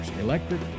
electric